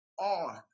on